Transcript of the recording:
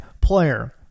player